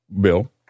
Bill